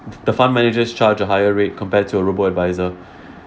the fund managers charge a higher rate compared to a robo advisor